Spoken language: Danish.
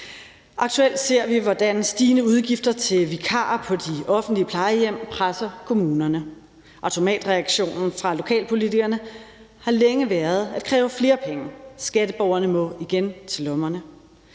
Aktuelt ser vi, hvordan stigende udgifter til vikarer på de offentlige plejehjem presser kommunerne. Automatreaktionen fra lokalpolitikerne har længe været at kræve flere penge. Skatteborgerne må igen til lommerne.